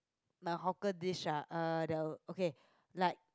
my hawker dish ah uh the okay like